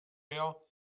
mehr